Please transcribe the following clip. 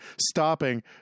stopping